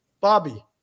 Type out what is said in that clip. Bobby